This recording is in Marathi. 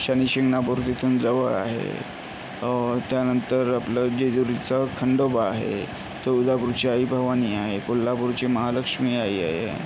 शनिशिंगणापूर तिथून जवळ आहे त्यानंतर आपलं जेजुरीचा खंडोबा आहे तुळजापूरची आई भवानी आहे कोल्हापूरची महालक्ष्मी आई आहे